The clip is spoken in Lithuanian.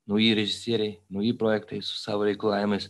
nauji režisieriai nauji projektai su savo reikalavimais